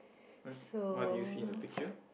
what what do you see in the picture